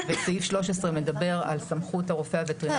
וסעיף 13 מדבר על סמכות הרופא הווטרינר